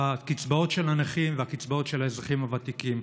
הקצבאות של הנכים והקצבאות של האזרחים הוותיקים.